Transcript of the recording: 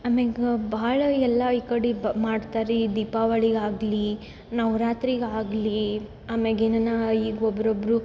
ಆಮೇಲೆ ಭಾಳ ಎಲ್ಲ ಈ ಕಡೆ ಬ ಮಾಡ್ತರ ರೀ ಈ ದೀಪಾವಳಿಗೆ ಆಗಲಿ ನವರಾತ್ರಿಗ್ ಆಗಲಿ ಆಮೇಲೆ ಏನನ ಈಗ ಒಬ್ಬೊಬ್ರು